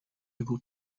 able